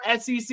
SEC